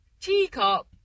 teacup